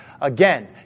Again